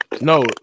No